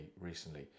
recently